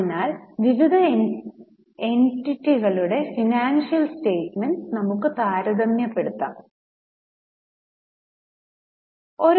അതിനാൽ വിവിധ എന്റിറ്റികളുടെ ഫിനാൻഷ്യൽ സ്റ്റെമെന്റ്സ് താരതമ്യപ്പെടുത്താവുന്നതാണ്